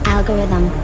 Algorithm